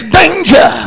danger